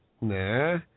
Nah